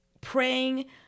praying